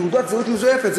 תעודת הזהות מזויפת.